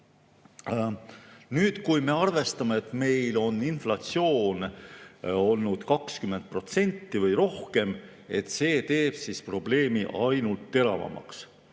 Kui me arvestame, et meil on inflatsioon olnud 20% või rohkem, siis see teeb probleemi ainult teravamaks.